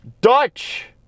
Dutch